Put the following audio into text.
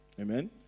Amen